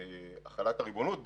החלת הריבונות,